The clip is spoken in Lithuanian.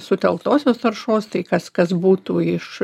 sutelktosios taršos tai kas kas būtų iš